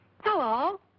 Hello